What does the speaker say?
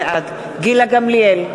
בעד גילה גמליאל,